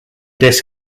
disc